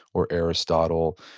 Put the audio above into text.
or aristotle,